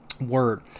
Word